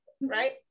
right